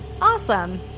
Awesome